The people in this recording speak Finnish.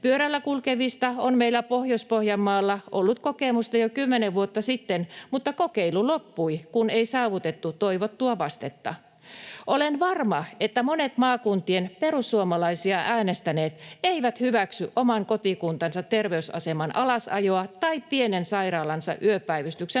Pyörillä kulkevista on meillä Pohjois-Pohjanmaalla ollut kokemusta jo kymmenen vuotta sitten, mutta kokeilu loppui, kun ei saavutettu toivottua vastetta. Olen varma, että monet maakuntien perussuomalaisia äänestäneet eivät hyväksy oman kotikuntansa terveysaseman alasajoa tai pienen sairaalansa yöpäivystyksen lopettamista.